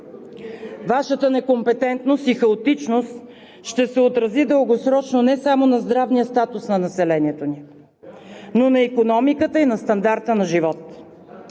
Вашата некомпетентност и хаотичност ще се отрази дългосрочно не само на здравния статус на населението, но на икономиката и стандарта на живот.